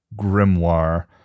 grimoire